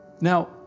Now